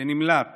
שנמלט